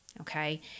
Okay